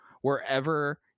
wherever